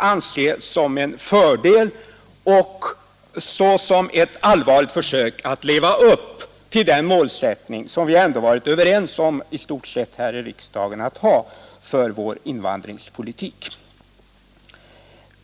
anse som en fördel och som ett allvarligt försök att leva upp till den målsättning för vår invandringspolitik som vi här i riksdagen ändå i stort sett varit överens om.